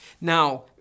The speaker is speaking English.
Now